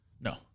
No